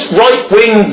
right-wing